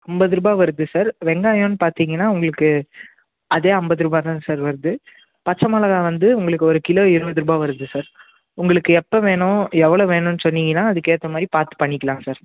ஐம்பது ரூபா வருது சார் வெங்காயன்ன பார்த்திங்கன்னா உங்களுக்கு அதே ஐம்பது ரூபா தான் சார் வருது பச்சை மிளகா வந்து உங்களுக்கு ஒரு கிலோ இருபது ரூபா வருது சார் உங்களுக்கு எப்போ வேணும் எவ்வளோ வேணுன்னு சொன்னீங்கன்னா அதுக்க ஏற்ற மாதிரி பார்த்து பண்ணிக்கலாம் சார்